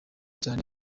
cyane